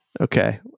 Okay